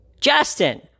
Justin